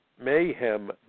Mayhem